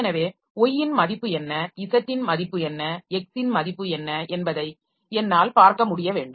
எனவே y ன் மதிப்பு என்ன z ன் மதிப்பு என்ன x ன் மதிப்பு என்ன என்பதை என்னால் பார்க்க முடிய வேண்டும்